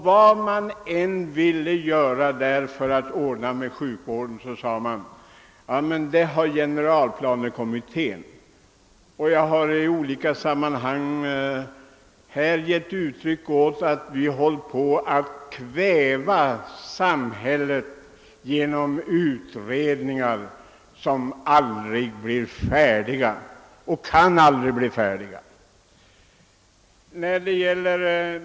Vad man än ville göra för att förbättra sjukvården fick man till svar att generalplanekommittén arbetade med saken. Jag har i olika sammanhang givit uttryck åt meningen, att vi håller på att kväva samhället genom utredningar som aldrig blir färdiga och som heller aldrig kan bli färdiga.